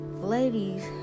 Ladies